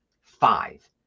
Five